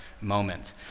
moment